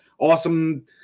awesome